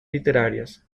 literarias